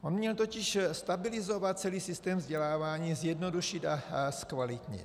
On měl totiž stabilizovat celý systém, vzdělávání zjednodušit a zkvalitnit.